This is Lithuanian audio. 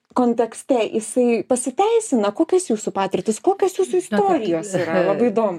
kontekste jisai pasiteisina kokios jūsų patirtys kokios jūsų istorijos labai įdomu